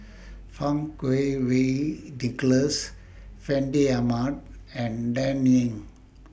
Fang Kuo Wei Nicholas Fandi Ahmad and Dan Ying